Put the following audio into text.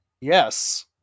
yes